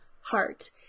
heart